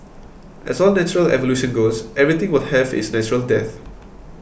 as all natural evolution goes everything will have its natural death